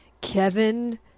Kevin